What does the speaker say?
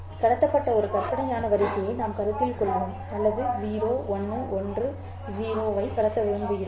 கடத்தப்பட்ட ஒரு கற்பனையான வரிசையை நாம் கருத்தில் கொள்வோம் அல்லது 0 1 1 0 ஐ கடத்த விரும்புகிறோம்